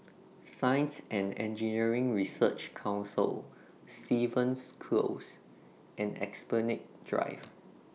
Science and Engineering Research Council Stevens Close and Esplanade Drive